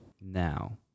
Now